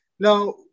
Now